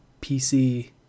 pc